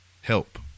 help